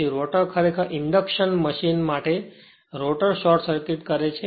તેથી રોટર ખરેખર induction machine માટે રોટર શોર્ટ સર્કિટ કરે છે